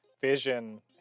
Vision